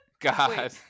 God